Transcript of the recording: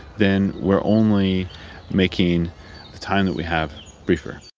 then we're only making the time that we have briefer.